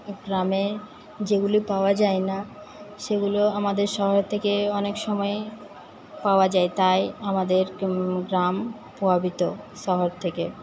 গ্রামে যেগুলো পাওয়া যায় না সেগুলো আমাদের শহর থেকে অনেক সময়ই পাওয়া যায় তাই আমাদের গ্রাম প্রভাবিত শহর থেকে